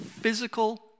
physical